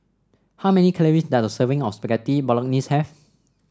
how many calories does a serving of Spaghetti Bolognese have